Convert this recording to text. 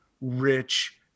rich